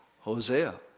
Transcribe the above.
Hosea